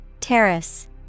Terrace